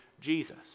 Jesus